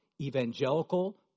evangelical